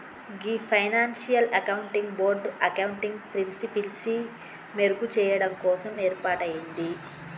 గీ financial accounting board accounting ప్రిన్సిపిల్సి మెరుగు చెయ్యడం కోసం ఏర్పాటయింది